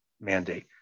mandate